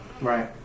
Right